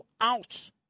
out